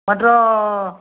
மற்றும்